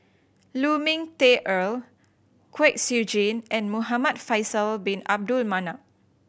Lu Ming Teh Earl Kwek Siew Jin and Muhamad Faisal Bin Abdul Manap